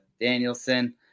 Danielson